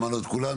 שמענו את כולם.